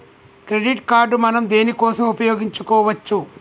Credit card మనం దేనికోసం ఉపయోగించుకోవచ్చు?